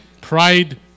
pride